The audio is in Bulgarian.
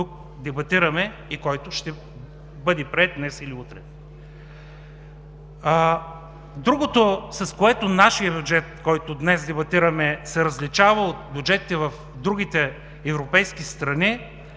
дебатираме и който ще бъде приет днес или утре. Другото, с което бюджетът, който днес дебатираме, се различава от бюджетите в другите европейски страни,